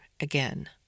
again